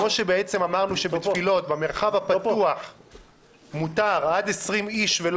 אמרנו שבתפילות במרחב הפתוח מותר עד 20 איש.